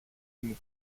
μου